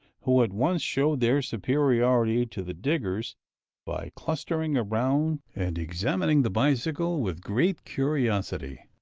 who at once showed their superiority to the diggers by clustering around and examining the bicycle with great curiosity.